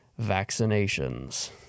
Vaccinations